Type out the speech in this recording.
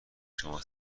شما